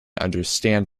understand